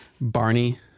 Barney